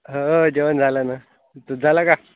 हं जेवण झालं ना तुझं झालं का